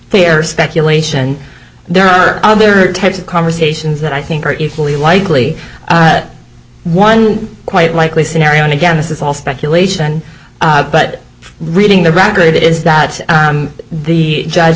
fair speculation there are other types of conversations that i think are equally likely one quite likely scenario and again this is all speculation but reading the record is that the judge